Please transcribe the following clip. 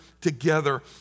together